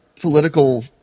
political